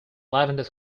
lavender